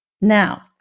Now